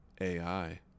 AI